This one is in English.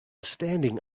standing